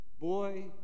boy